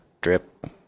drip